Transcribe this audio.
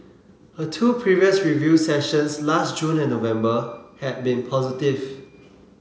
her two previous review sessions last June and November had been positive